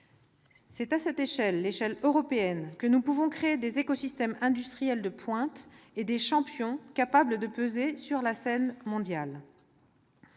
C'est à l'échelle européenne que nous pouvons créer des écosystèmes industriels de pointe et des « champions » capables de peser sur la scène mondiale.